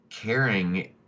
Caring